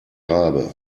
rabe